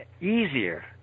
easier